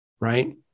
Right